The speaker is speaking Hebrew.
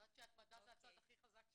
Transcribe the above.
התמדה היא הצד הכי חזק שלי.